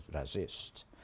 resist